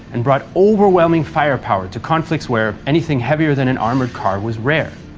and brought overwhelming firepower to conflicts where anything heavier than an armored car was rare.